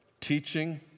Teaching